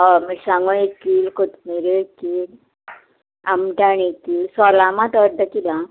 हय मिरसांगों एक कील कोथमिऱ्यो एक कील आमटाण एक कील सोलां मात्त अर्द किलो आं